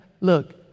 Look